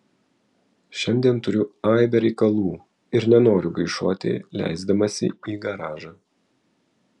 šiandien turiu aibę reikalų ir nenoriu gaišuoti leisdamasi į garažą